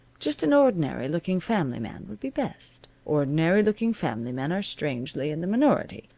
just an ordinary looking family man would be best. ordinary looking family men are strangely in the minority.